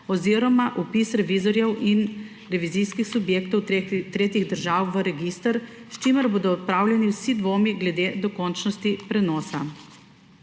oziroma vpis revizorjev in revizijskih subjektov tretjih držav v register, s čimer bodo odpravljeni vsi dvomi glede dokončnosti prenosa.